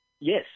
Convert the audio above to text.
Yes